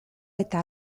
eta